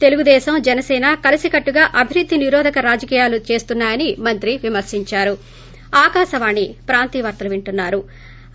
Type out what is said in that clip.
తెలుగుదేశం జనసేన కలసికట్టుగా అభివృద్ధి నిరోధక రాజకీయాలు చేస్తున్నా మని మంత్రి విమర్పించారు